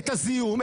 את הזיהום,